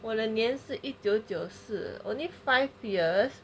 我的年是一九九四 only five years